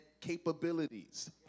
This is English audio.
capabilities